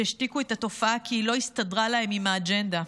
שהשתיקו את התופעה כי היא לא הסתדרה להם עם האג'נדה,